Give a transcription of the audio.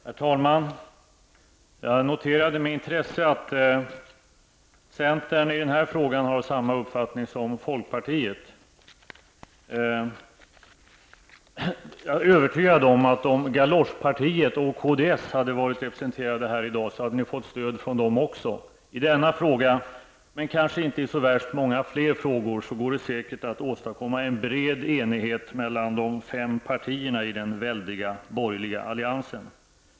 Herr talman! Jag noterade med intresse att centern i den här frågan har samma uppfattning som folkpartiet. Jag är övertygad om att om galoschpartiet och kds hade varit representerade här i dag hade ni fått stöd från dem också. I denna fråga, men kanske inte i så värst många fler frågor, går det säkert att åstadkomma en bred enighet mellan de fem partierna i den väldiga borgerliga alliansen.